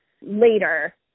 later